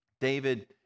David